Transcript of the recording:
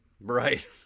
Right